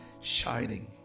shining